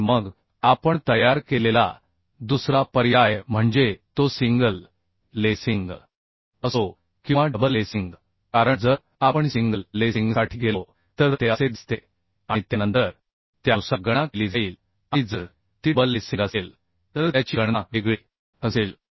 आणि मग आपण तयार केलेला दुसरा पर्याय म्हणजे तो सिंगल लेसिंग असो किंवा डबल लेसिंग कारण जर आपण सिंगल लेसिंगसाठी गेलो तर ते असे दिसते आणि त्यानंतर त्यानुसार गणना केली जाईल आणि जर ती डबल लेसिंग असेल तर त्याची गणना वेगळी असेल